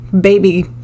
baby